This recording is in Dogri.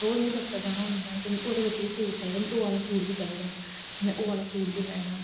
रौज में दफतर जाना होंदा ते मिगी ओहदे बिच बी सूट चाहिदा मिगी ओह् आहला सूट बी चाहिदा में ओह् आहला सूट बी लैना